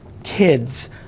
kids